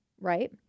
right